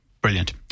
Brilliant